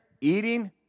eating